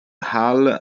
hale